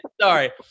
Sorry